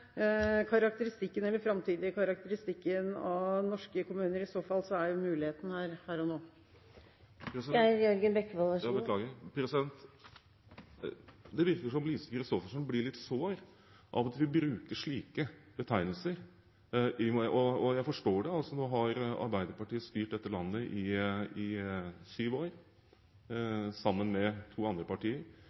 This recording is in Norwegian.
framtidige karakteristikken av norske kommuner? I så fall er jo muligheten her, her og nå. Det virker som om Lise Christoffersen blir litt sår av at vi bruker slike betegnelser – og jeg forstår det. Nå har Arbeiderpartiet styrt dette landet i syv år sammen med to andre partier.